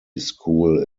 school